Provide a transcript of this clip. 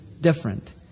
different